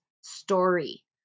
story